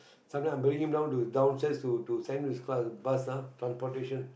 sometime I bring him down to downstairs to to sent his class bus ah transportation